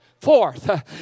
forth